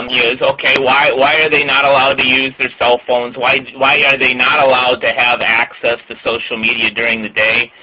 okay. why why are they not allowed to use their cell phones? why why are they not allowed to have access to social media during the day?